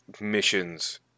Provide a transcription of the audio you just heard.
missions